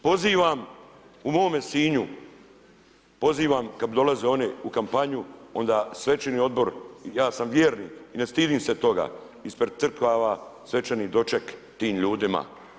Pozivam u mome Sinju, pozivam, kad bi dolazili oni u kampanju onda svečani odbor, ja sam vjernik i ne stidim se toga, ispred crkava, svečani doček tim ljudima.